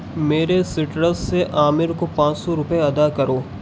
میرے سٹرس سے عامر کو پانچ سو روپئے ادا کرو